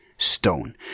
stone